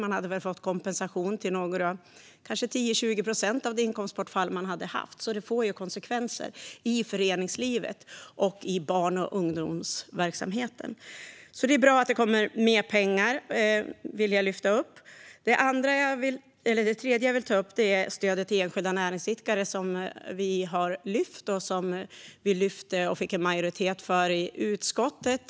Man hade fått kompensation för kanske 10-20 procent av det inkomstbortfall man hade haft. Det får konsekvenser i föreningslivet och i barn och ungdomsverksamheten. Det är bra att det kommer mer pengar. Det vill jag lyfta upp. Det tredje jag vill ta upp är stödet till enskilda näringsidkare, som vi har lyft fram och som vi fick en majoritet för i utskottet.